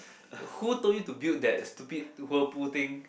who told you to build that stupid whirlpool thing